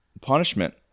punishment